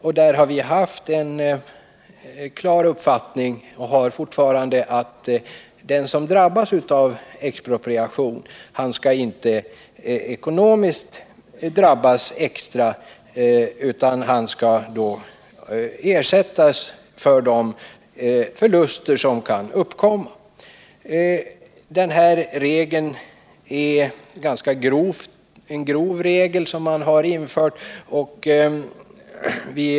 Vi har haft och har fortfarande den klara uppfattningen att den som drabbas av expropriation inte skall drabbas också ekonomiskt utan skall ersättas för de förluster som kan uppkomma. Presumtionsregeln är en ganska grov regel.